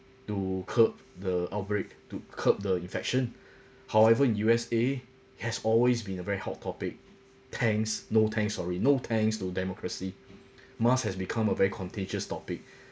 to curb the outbreak to curb the infection however U_S_A has always been a very hot topic thanks no thanks for it no thanks to democracy mask has become a very contagious topic